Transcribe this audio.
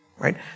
Right